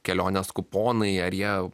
kelionės kuponai ar jie